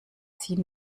sie